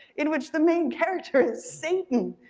in which the main character is satan,